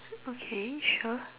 okay sure